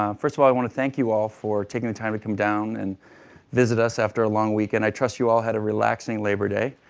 um first of all, i want to thank you all for taking the time to come down and visit us after a long weekend. i trust you all had a relaxing labor day,